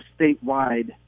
statewide